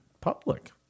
public